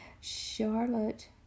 Charlotte